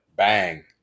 Bang